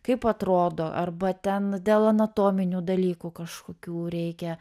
kaip atrodo arba ten dėl anatominių dalykų kažkokių reikia